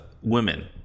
women